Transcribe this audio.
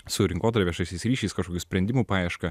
su rinkodara viešaisiais ryšiais kažkokių sprendimų paieška